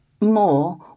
more